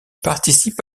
participe